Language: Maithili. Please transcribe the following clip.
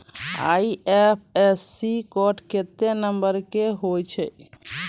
आई.एफ.एस.सी कोड केत्ते नंबर के होय छै